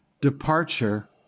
departure